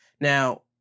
Now